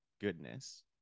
goodness